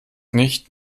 nicht